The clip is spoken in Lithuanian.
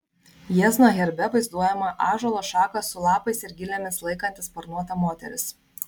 jiezno herbe vaizduojama ąžuolo šaką su lapais ir gilėmis laikanti sparnuota moteris